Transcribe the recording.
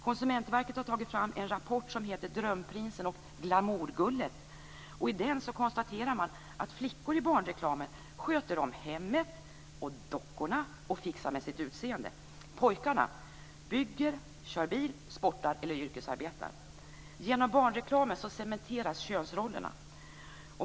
Konsumentverket har tagit fram en rapport som har rubriken Drömprisen och Glamourgullet, och i den konstaterar man att flickor i barnreklamen sköter om hemmet och dockorna och fixar med sitt utseende. Pojkar bygger, kör bil, sportar och yrkesarbetar. Genom barnreklamen cementeras könsrollerna.